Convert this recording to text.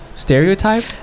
Stereotype